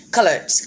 Colors